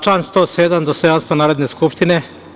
Član 107, dostojanstvo Narodne skupštine.